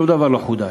שום דבר לא חדש.